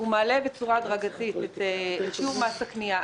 מעלה בצורה הדרגתית את שיעור מס הקנייה.